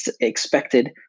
expected